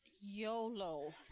YOLO